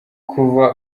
kuva